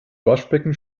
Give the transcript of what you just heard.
waschbecken